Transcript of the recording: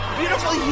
beautiful